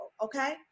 okay